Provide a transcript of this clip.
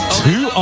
two